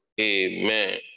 Amen